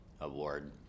award